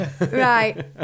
Right